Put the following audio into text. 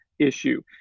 issue